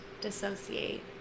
dissociate